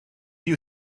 you